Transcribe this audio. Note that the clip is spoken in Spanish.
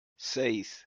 seis